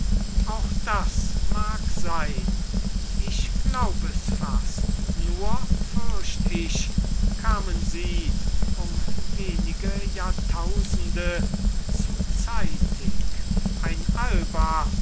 auch das mag sein ich glaub es fast nur fürcht ich kamen sie um wenige jahrtausende zu zeitig ein alba